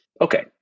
Okay